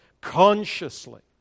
consciously